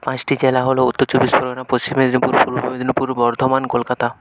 পাঁচটি জেলা হলো উত্তর চব্বিশ পরগনা পশ্চিম মেদিনীপুর পূর্ব মেদিনীপুর বর্ধমান কলকাতা